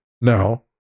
now